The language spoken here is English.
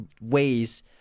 ways